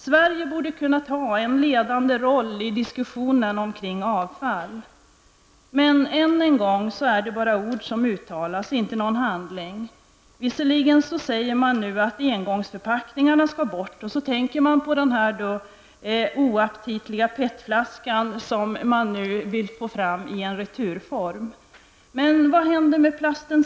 Sverige borde kunna ta en ledande roll i diskussionen omkring avfall. Men än en gång handlar det bara om ord, inte handling. Visserligen säger Birgitta Dahl att engångsförpackningar skall bort, och då tänker man på den oaptitliga PET-flaskan som nu skall tas fram i returform. Men vad händer sedan med plasten?